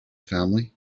family